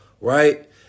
right